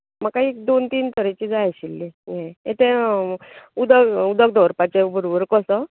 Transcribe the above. म्हाका एक दोन तीन तरेचीं जाय आशिल्लीं हें तें उदक उदक दवरपाचचें गुरगूर कसो